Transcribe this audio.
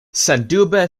sendube